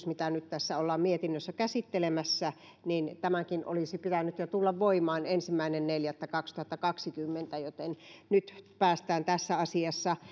mitä nyt ollaan tässä mietinnössä käsittelemässä olisi pitänyt tulla voimaan jo ensimmäinen neljättä kaksituhattakaksikymmentä joten nyt päästään tässä asiassa